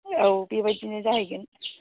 औ बेबायदिनो जाहैगोन